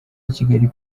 kigali